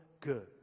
good